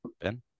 Ben